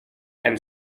and